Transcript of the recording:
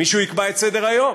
מישהו יקבע את סדר-היום,